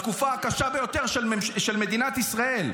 בתקופה הקשה ביותר של מדינת ישראל.